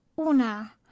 Una